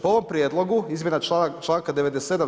Po ovom prijedlogu izmjena članka 97.